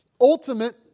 ultimate